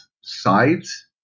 sides